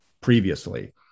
previously